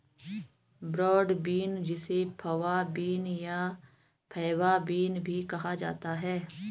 broad bean जिसे fava bean या faba bean भी कहा जाता है